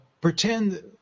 pretend